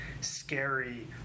scary